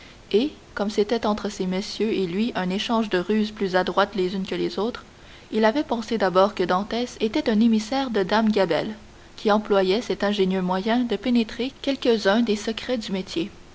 et comme c'était entre ces messieurs et lui un échange de ruses plus adroites les unes que les autres il avait pensé d'abord que dantès était un émissaire de dame gabelle qui employait cet ingénieux moyen de pénétrer quelques-uns des secrets du métier